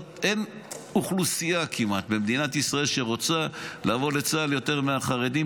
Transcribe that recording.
אין כמעט אוכלוסייה במדינת ישראל שרוצה לבוא לצה"ל יותר מהחרדים,